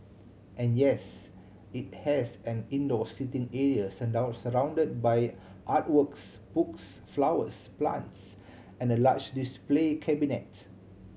and yes it has an indoor seating area surrounded by art works books flowers plants and a large display cabinet